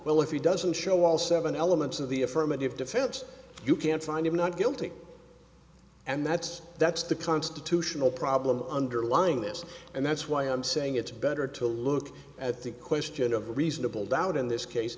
well if he doesn't show all seven elements of the affirmative defense you can find him not guilty and that's that's the constitutional problem underlying this and that's why i'm saying it's better to look at the question of reasonable doubt in this case